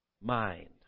mind